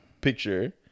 picture